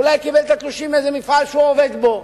אולי קיבל את התלושים מאיזה מפעל שהוא עובד בו.